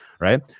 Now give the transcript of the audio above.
right